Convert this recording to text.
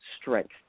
strength